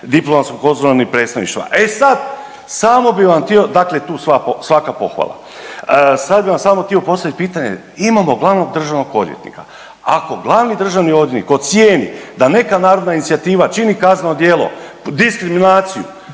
diplomatsko konzularnim predstavništvima. E sad samo bi vam htio, dakle tu svaka pohvala, sad bi vam samo htio postaviti pitanje. Imamo glavnog državnog odvjetnika, ako glavni državni odvjetnik ocijeni da neka narodna inicijativa čini kazneno djelo, diskriminaciju